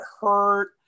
hurt